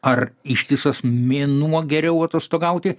ar ištisas mėnuo geriau atostogauti